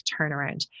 turnaround